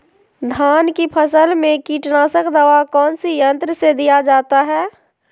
धान की फसल में कीटनाशक दवा कौन सी यंत्र से दिया जाता है?